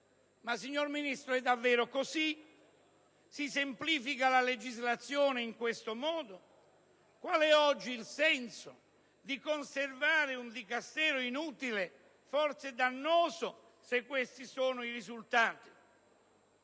Signor Ministro, è davvero così? Si semplifica la legislazione in questo modo? Qual è oggi il senso di conservare un Dicastero inutile, forse dannoso, se questi sono i risultati?